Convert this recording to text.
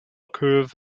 curve